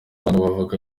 abahanga